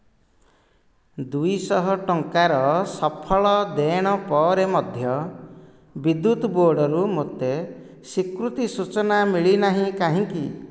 ଦୁଇ ଶହ ଟଙ୍କାର ସଫଳ ଦେଣ ପରେ ମଧ୍ୟ ବିଦ୍ୟୁତ ବୋର୍ଡ଼ରୁ ମୋତେ ସ୍ଵୀକୃତି ସୂଚନା ମିଳିନାହିଁ କାହିଁକି